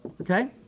okay